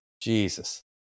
Jesus